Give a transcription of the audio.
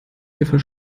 hierfür